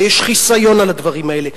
הרי יש חיסיון על הדברים האלה.